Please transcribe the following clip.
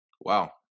Wow